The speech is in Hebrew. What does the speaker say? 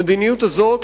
המדיניות הזאת,